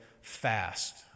fast